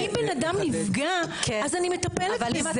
אם בן אדם נפגע, אז אני מטפלת בזה.